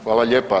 Hvala lijepa.